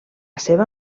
seva